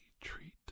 treat